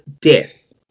death